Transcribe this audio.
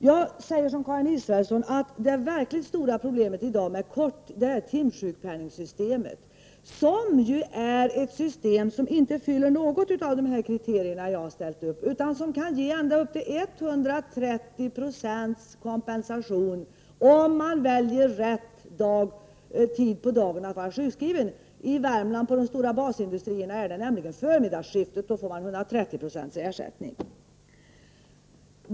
Jag säger som Karin Israelsson att det verkligt stora problemet i dag är timsjukpenningssystemet, som inte uppfyller något av de kriterier jag ställt upp utan som kan ge upp till 130 26 kompensation, om man väljer rätt tid på dagen att vara sjukskriven. På de stora basindustrierna i Värmland är det förmiddagsskiftet. Då får man 130 96 ersättning.